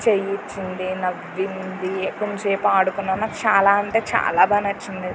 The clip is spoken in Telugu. చెయ్యి ఇచ్చింది నవ్వింది కొంతసేపు ఆడుకున్నాను చాలా అంటే చాలా బాగా నచ్చింది